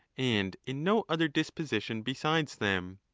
and in no other disposition besides them.